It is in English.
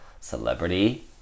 celebrity